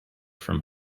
from